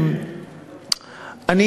אני